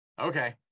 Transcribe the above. okay